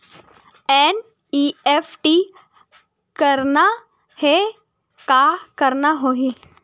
NEFT करना हे का करना होही?